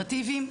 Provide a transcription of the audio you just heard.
אינטגרטיביים,